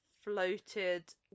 floated